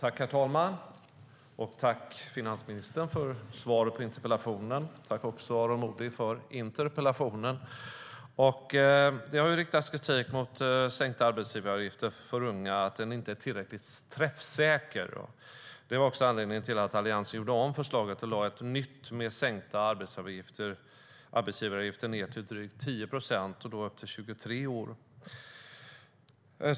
Herr talman! Jag vill tacka finansministern för svaret på interpellationen. Tack också till Aron Modig för interpellationen! Det har riktats kritik mot den sänkta arbetsgivaravgiften för unga; den är inte tillräckligt träffsäker. Det var också anledningen till att Alliansen gjorde om förslaget och lade fram ett nytt med sänkta arbetsgivaravgifter ned till drygt 10 procent och då upp till 23 år.